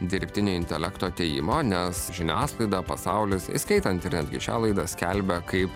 dirbtinio intelekto atėjimo nes žiniasklaidą pasaulis įskaitant ir netgi šią laiką skelbia kaip